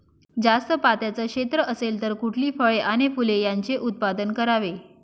जास्त पात्याचं क्षेत्र असेल तर कुठली फळे आणि फूले यांचे उत्पादन करावे?